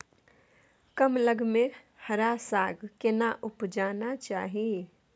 कम लग में हरा साग केना उपजाना चाही?